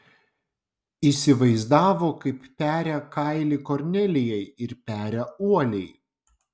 įsivaizdavo kaip peria kailį kornelijai ir peria uoliai